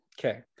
okay